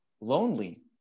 lonely